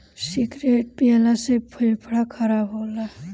cigarette पियला से फेफड़ा खराब होला